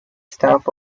staff